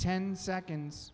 ten seconds